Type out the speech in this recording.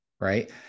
Right